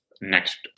next